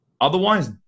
Otherwise